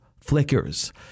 flickers